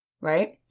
right